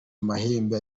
amahembe